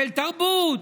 של תרבות,